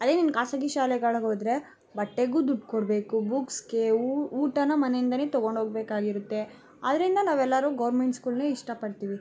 ಅದೇ ನೀನು ಖಾಸಗಿ ಶಾಲೆಗಳಗೋದ್ರೆ ಬಟ್ಟೆಗೂ ದುಡ್ಡು ಕೊಡಬೇಕು ಬುಕ್ಸ್ಗೆ ಊಟನ ಮನೆಯಿಂದಲೇ ತೊಗೊಂಡೋಗ್ಬೇಕಾಗಿರತ್ತೆ ಆದ್ದರಿಂದ ನಾವೆಲ್ಲರೂ ಗೌರ್ಮೆಂಟ್ ಸ್ಕೂಲನ್ನೇ ಇಷ್ಟಪಡ್ತೀವಿ